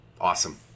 awesome